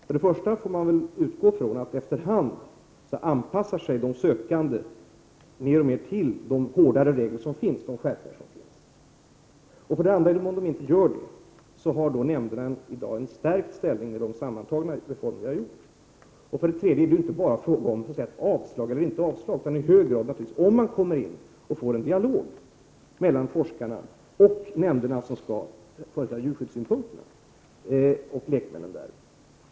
För det första får man väl utgå ifrån att de sökande efter hand mer och mer anpassar sig till de skärpningar av reglerna som har gjorts. För det andra, i den mån de inte gör det, har nämnderna i dag fått en stärkt ställning genom de sammantagna reformer vi har gjort. För det tredje är det inte bara fråga om avslag eller inte avslag, utan det är i hög grad fråga om att få en dialog mellan forskare och nämnderna med lekmannarepresentanter som skall företräda djurskyddssynpunkter.